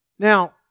Now